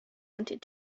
wanted